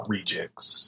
Rejects